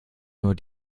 nur